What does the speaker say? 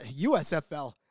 USFL